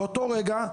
באותו רגע,